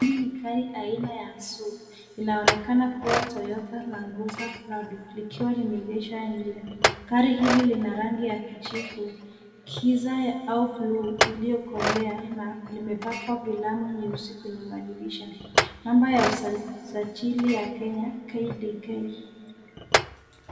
Hili ni gari aina ya SUV. Linaonekana kuwa Toyota Landcruiser Prado likiwa limeegeshwa nje. Gari hili lina rangi ya kijivu , giza au bluu iliyokolea na limepakwa filamu nyeusi kwenye madirisha. Namba ya usajili ya Kenya KDK .